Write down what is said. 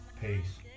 Peace